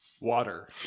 Water